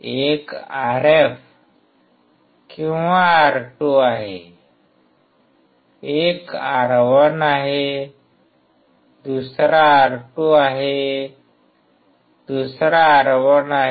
एक RF किंवा R R2 आहे एक R1 आहे दुसरा R2 आहे दुसरा R1 आहे